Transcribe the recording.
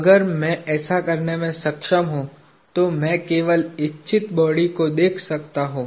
अगर मैं ऐसा करने में सक्षम हूं तो मैं केवल इच्छित बॉडी को देख सकता हूं